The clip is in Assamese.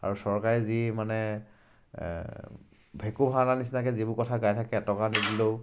আৰু চৰকাৰে যি মানে ভেকোভাওনা নিচিনাকৈ যিবোৰ কথা গাই থাকে এটকাও নিদিলেও